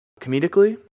comedically